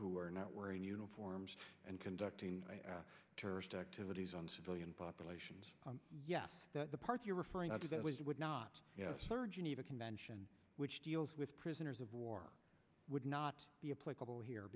who are not wearing uniforms and conducting terrorist activities on civilian populations yes the parts you're referring to that was would not yes sir geneva convention which deals with prisoners of war would not be applicable here